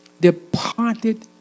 Departed